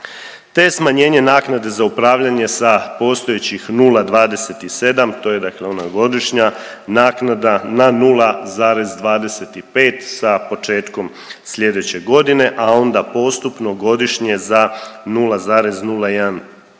te smanjenje naknade za upravljanje sa postojećih 0,27, to je dakle ona godišnja naknada na 0,25 sa početkom sljedeće godine, a onda postupno godišnje za 0,01%